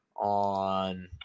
on